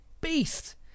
beast